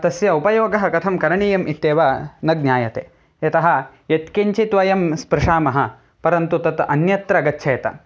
तस्य उपयोगः कथं करणीयम् इत्येव न ज्ञायते यतः यत्किञ्चित् वयं स्पृशामः परन्तु तत् अन्यत्र गच्छेत